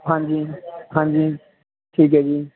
ਹਾਂਜੀ ਹਾਂਜੀ ਠੀਕ ਹੈ ਜੀ